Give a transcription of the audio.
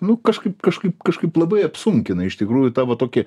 nu kažkaip kažkaip kažkaip labai apsunkina iš tikrųjų tavo tokį